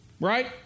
right